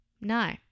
No